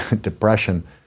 depression